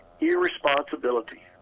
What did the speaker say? irresponsibility